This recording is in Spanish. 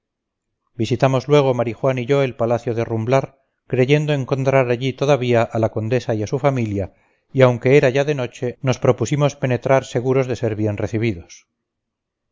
visitamos luego marijuán y yo el palacio de rumblar creyendo encontrar allí todavía a la condesa y a su familia y aunque era ya de noche nos propusimos penetrar seguros de ser bien recibidos